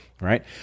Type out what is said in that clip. Right